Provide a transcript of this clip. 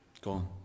Gone